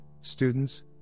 students